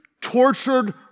tortured